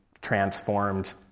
transformed